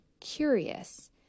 curious